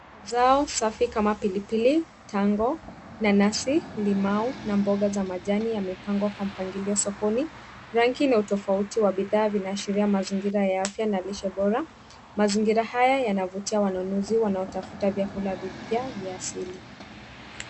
Zao safi kama pilipili, tango, nanasi, limau na mboga za kijani yamepangwa kwa mpangilio sokoni. Rangi na utofauti wa bidhaa zinaashiria mazingira ya afya na lishe bora. Mazingira haya yanavutia wanunuzi wanaokuja kutafuta vyakula vipya vya asili.